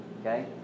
Okay